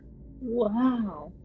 wow